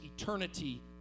eternity